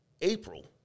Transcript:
April